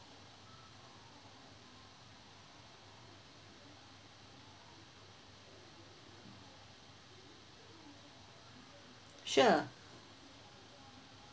sure